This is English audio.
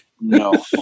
no